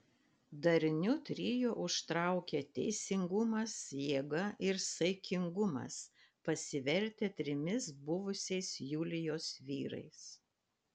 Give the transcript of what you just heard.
darniu trio užtraukė teisingumas jėga ir saikingumas pasivertę trimis buvusiais julijos vyrais